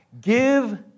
give